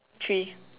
three